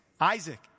Isaac